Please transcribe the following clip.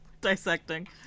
dissecting